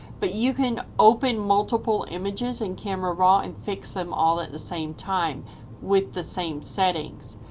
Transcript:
but you can open multiple images in camera raw and fix them all at the same time with the same settings.